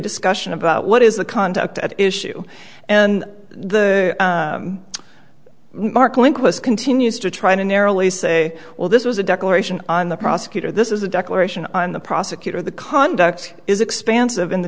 discussion about what is the conduct at issue and the mark lindquist continues to try to narrowly say well this was a declaration on the prosecutor this is a declaration on the prosecutor the conduct is expansive in the